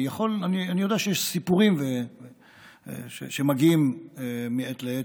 אני יודע שיש סיפורים שמגיעים מעת לעת,